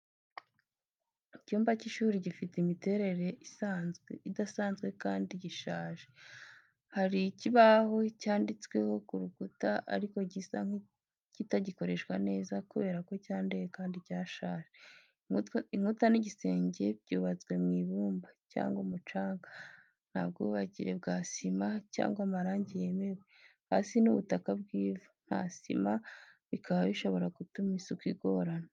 Icyumba cy’ishuri gifite imiterere isanzwe kandi gishaje. Hari ikibaho cyandikwaho ku nkuta ariko gisa nk’ikitagikoreshwa neza kubera ko cyanduye kandi cyashaje. Inkuta n’igisenge byubatswe mu ibumba cyangwa umucanga, nta bwubakire bwa sima cyangwa amarangi yemewe. Hasi ni ubutaka bw’ivu, nta sima, bikaba bishobora gutuma isuku igorana.